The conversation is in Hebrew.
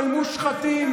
של מושחתים,